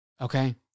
Okay